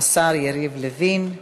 השר יריב לוין.